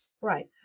Right